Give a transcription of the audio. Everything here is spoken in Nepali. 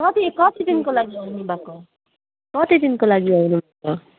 कति कति दिनको लागि आउनुभएको कति दिनको लागि आउनुभएको